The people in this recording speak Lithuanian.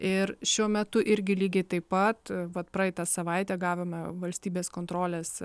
ir šiuo metu irgi lygiai taip pat vat praeitą savaitę gavome valstybės kontrolės